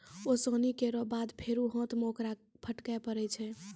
ओसौनी केरो बाद फेरु हाथ सें ओकरा फटके परै छै